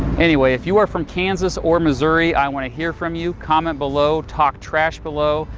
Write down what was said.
anyway, if you are from kansas or missouri i want to hear from you. comment below. talk trash below.